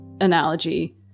analogy